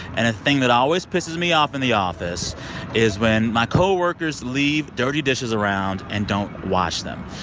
and a thing that always pisses me off in the office is when my co-workers leave dirty dishes around and don't wash them.